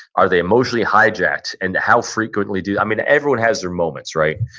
are they emotionally hijacked? and how frequently do, i mean everyone has their moments, right?